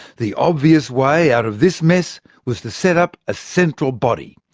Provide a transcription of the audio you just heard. the obvious way out of this mess was to set up a central body.